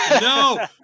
No